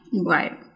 Right